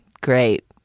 Great